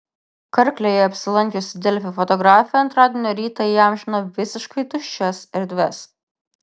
karklėje apsilankiusi delfi fotografė antradienio rytą įamžino visiškai tuščias erdves